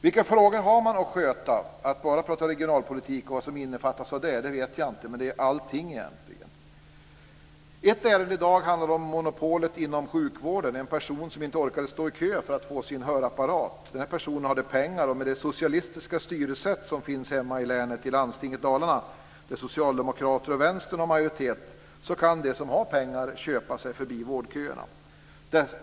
Vilka frågor har man då haft att sköta? Att bara prata regionalpolitik och vad som innefattas av det vet jag inte, men det är allting egentligen. Ett ärende i dag handlar om monopolet inom sjukvården, en person som inte orkade stå i kö för att få sin hörapparat. Den här personen hade pengar, och med det socialistiska styressätt som finns hemma i landstinget i Dalarna, där socialdemokrater och Vänstern har majoritet, kan de som har pengar köpa sig förbi vårdköerna.